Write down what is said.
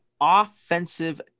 offensive